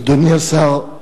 אדוני השר,